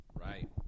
Right